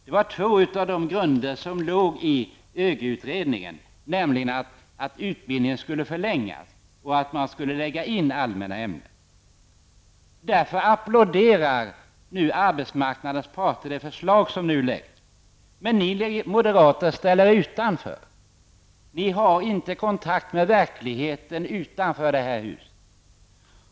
Dessa två förslag utgjorde grunden i ÖGY-utredningen, nämligen en förlängd utbildning och att allmänna ämnen skulle tillföras. Arbetsmarknadens parter applåderar nu det förslag som läggs fram, men ni moderater ställer er utanför. Ni har inte kontakt med verkligheten utanför detta hus.